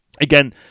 Again